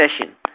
session